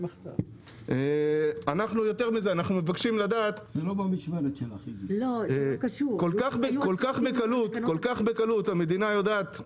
יותר מזה, כל כך בקלות המדינה יודעת,